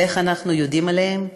ואיך אנחנו יודעים עליהם?